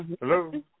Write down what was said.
Hello